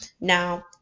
Now